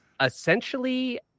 essentially